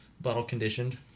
bottle-conditioned